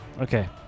Okay